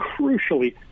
crucially